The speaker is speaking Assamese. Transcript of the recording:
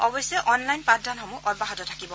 অৱশ্যে অনলাইন পাঠদানসমূহ অব্যাহত থাকিব